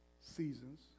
seasons